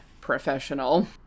professional